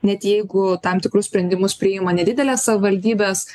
net jeigu tam tikrus sprendimus priima nedidelės savivaldybės